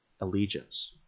allegiance